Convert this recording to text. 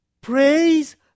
praise